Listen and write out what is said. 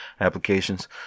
applications